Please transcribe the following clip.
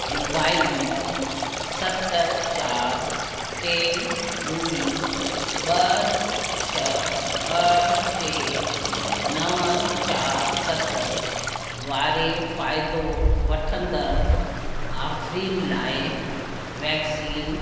mobile number सत चारि टे ॿुड़ी ॿ छ ॿ टे नव चार सत वारे फ़ाइदो वठंदड़ु आफ़रीन लाइ वैक्सीन